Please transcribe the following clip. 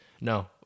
No